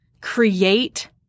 Create